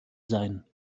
sein